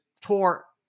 tore